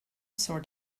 sort